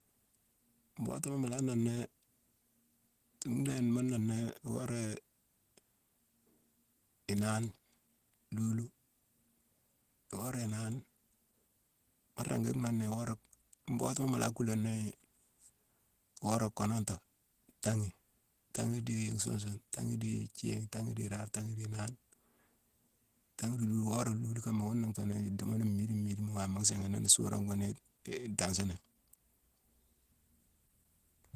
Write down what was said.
Mbootuma, mu la nooné, tumu ndhééne mu nooné iworé inaane, luulu. Iworé inaane, mu ringi nooné iworé-mbootuma mu la kula nii iworé koononto, tanghi, tanghi dii nsun sune, tanghi di ithiigh, tanghi di iraare, tanghi di inaane, tanghi di luulu. Wora luulu kama ghuna nfé ni idimo miidine miidine wama nsiigine nini suurone ghune idansini ni.